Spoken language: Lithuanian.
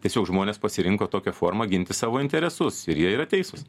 tiesiog žmonės pasirinko tokia forma ginti savo interesus ir jie yra teisūs